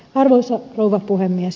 arvoisa rouva puhemies